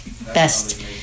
best